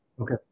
okay